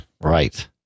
Right